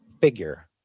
figure